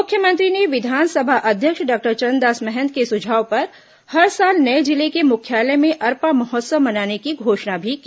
मुख्यमंत्री ने विधानसभा अध्यक्ष डॉक्टर चरणदास महंत के सुझाव पर हर साल नये जिले के मुख्यालय में अरपा महोत्सव मनाने की घोषणा भी की